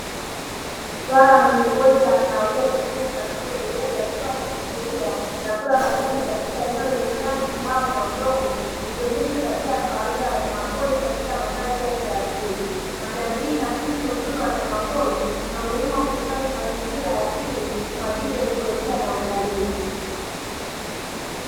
Swala mwenye ngozi ya kahawia nyekundu na tumbo jeupe, akiwa anachungulia na kula majani katika eneo lenye nyasi, mawe na udongo, ikionesha tabia ya kawaida ya wanyama pori katika makazi yake ya asili. Mandhari hii inaakisi uzuri wa wanyama pori na umuhimu wa kuhifadhi mazingira ya asili, kwa ajili ya ekolojia na utalii.